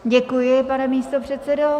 Děkuji, pane místopředsedo.